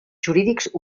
jurídics